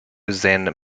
zen